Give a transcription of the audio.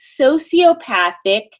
sociopathic